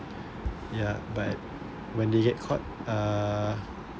ya but when they get caught uh